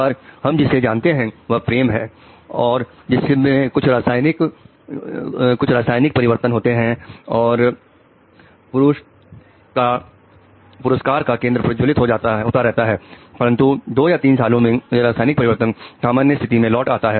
पर हम जिसे जानते हैं वह प्रेम है जिसमें कुछ रासायनिक परिवर्तन होते हैं और पुरुष का पुरस्कार का केंद्र प्रज्वलित होता रहता है परंतु 2 या 3 सालों में यह रासायनिक परिवर्तन सामान्य स्थिति में लौट आता है